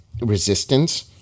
resistance